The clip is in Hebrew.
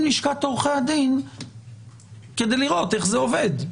לשכת עורכי הדין כדי לראות איך זה עובד.